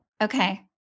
Okay